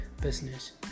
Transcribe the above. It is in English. business